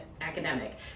academic